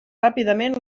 ràpidament